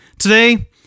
today